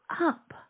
up